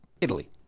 Italy